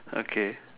okay